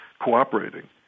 cooperating